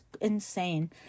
insane